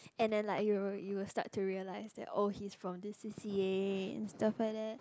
and then like you'll you'll start to realise that oh he's from this C_C_A and stuff like that